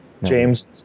James